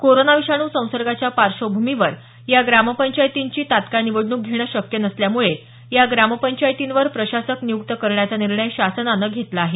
corona विषाणू संसर्गाच्या पार्श्वभूमीवर या ग्रामपंचायतींची तत्काळ निवडणूक घेणं शक्य नसल्यामुळे या ग्रामपंचायतींवर प्रशासक नियुक्त करण्याचा निर्णय शासनानं घेतला आहे